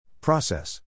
Process